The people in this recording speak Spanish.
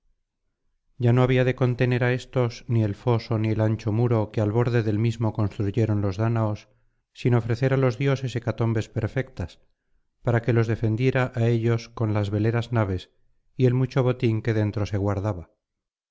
ya no había de contener á éstos ni el foso ni el ancho muro que al borde del mismo construyeron los dáñaos sin ofrecer á los dioses hecatombes perfectas para que los defendiera á ellos con las veleras naves y el mucho botín que dentro se guardaba